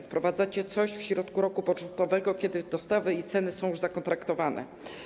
Wprowadzacie coś w środku roku budżetowego, kiedy dostawy i ceny są już zakontraktowane.